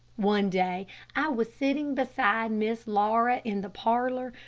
one day i was sitting beside miss laura in the parlor,